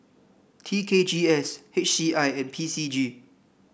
T K G S H C I and P C G